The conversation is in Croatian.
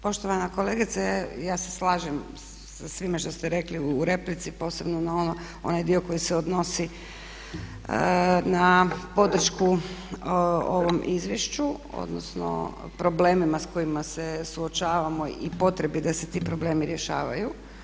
Poštovana kolegice, ja se slažem sa svime što ste rekli u replici posebno na onaj dio koji se odnosi na podršku ovom izvješću odnosno problemima s kojima se suočavamo i potrebi da se ti problemi rješavaju.